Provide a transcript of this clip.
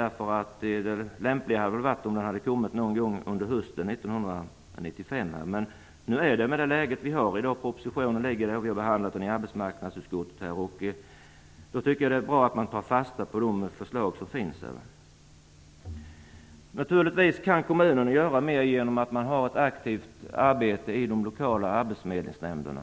Det hade varit lämpligare om den kommit någon gång under hösten 1995. Men nu ligger propositionen här och vi har behandlat den i arbetsmarknadsutskottet. Jag tycker att det är bra om man tar fasta på de förslag som finns. Kommunerna kan naturligtvis göra mer genom att ha ett aktivt arbete i de lokala Arbetsförmedlingsnämnderna.